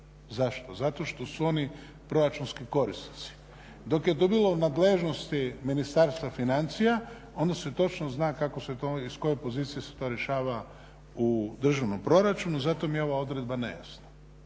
zašto, zato što su oni proračunski korisnici. Dok je to bilo u nadležnosti Ministarstva financija onda se točno zna kako se to i s koje pozicije se to rješava u državnom proračunu, zato mi je ova odredba nejasna